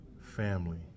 family